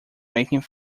making